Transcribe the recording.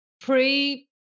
pre